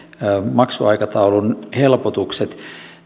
maksuaikataulun helpotukset